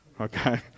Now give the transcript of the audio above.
Okay